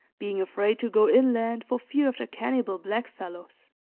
being afraid to go inland for fear of the cannibal blackfellows.